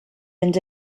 and